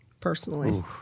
personally